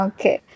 Okay